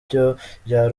byarushaho